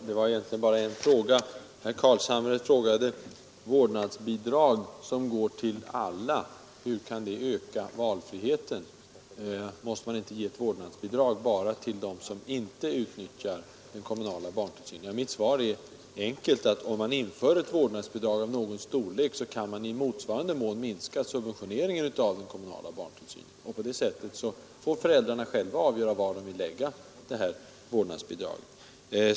Herr talman! Herr Carlshamre frågade hur vårdnadsbidrag som går till alla kan öka valfriheten. Han undrade om man inte borde ge vårdnadsbidrag bara till dem som inte utnyttjar den kommunala barntillsynen. Mitt svar är enkelt: Om man inför ett vårdnadsbidrag av någon storlek, kan man i motsvarande mån minska subventioneringen av den kommunala barntillsynen, och på det sättet får föräldrarna själva avgöra var de vill lägga det här vårdnadsbidraget.